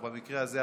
או במקרה הזה,